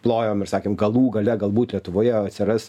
plojom ir sakėm galų gale galbūt lietuvoje atsiras